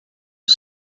was